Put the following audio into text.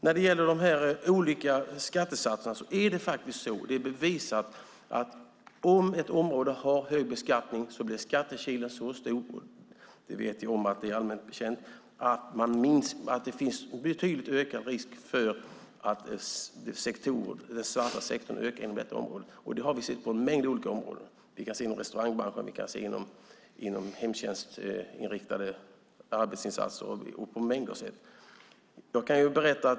När det gäller de olika skattesatserna är det bevisat att om ett område beskattas högt blir skattekilen så stor - det är allmänt känt - att det finns betydligt ökad risk för att den svarta sektorn ökar inom området. Det har vi sett på en mängd olika områden. Vi kan se det inom restaurangbranschen, för hemtjänstinriktade arbetsinsatser och på en mängd andra sätt.